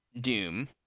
Doom